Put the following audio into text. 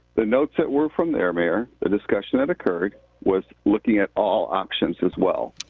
the notes that were from there, mayor, the discussion that occurred was looking at all options as well.